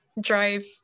drive